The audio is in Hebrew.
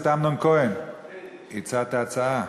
הצעת הצעה,